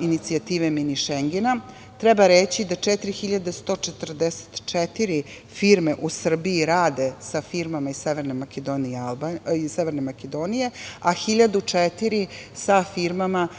inicijative „mini Šengena“. Treba reći da 4.1044 firme u Srbiji rade sa firmama iz Severne Makedonije, a 1.004. sa firmama iz